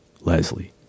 Leslie